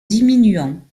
diminuant